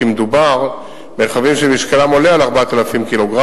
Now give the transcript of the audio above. המדובר ברכבים שמשקלם עולה על 4,000 ק"ג,